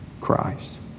Christ